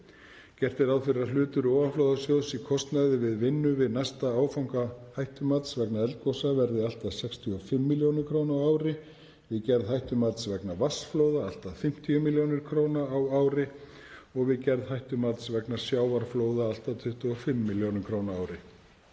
Gert er ráð fyrir að hlutur ofanflóðasjóðs í kostnaði við vinnu við næsta áfanga hættumats vegna eldgosa verði allt að 65 millj. kr. á ári, við gerð hættumats vegna vatnsflóða allt að 50 millj. kr. á ári og við gerð hættumats vegna sjávarflóða allt að 25 millj. kr. á ári.